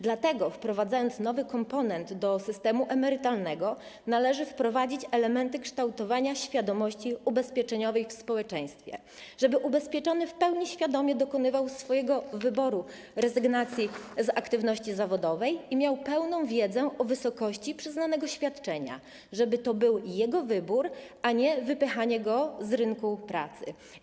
Dlatego wprowadzając nowy komponent do systemu emerytalnego, należy wprowadzić elementy kształtowania świadomości ubezpieczeniowej w społeczeństwie, żeby ubezpieczony w pełni świadomie dokonywał swojego wyboru rezygnacji z aktywności zawodowej i miał pełną wiedzę o wysokości przyznanego świadczenia, żeby to był jego wybór, a nie wypychanie go z rynku pracy.